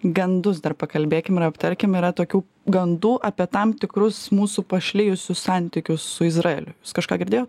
gandus dar pakalbėkim ir aptarkim yra tokių gandų apie tam tikrus mūsų pašlijusius santykius su izraeliu kažką girdėjot